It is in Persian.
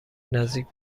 نزدیک